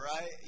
right